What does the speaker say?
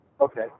Okay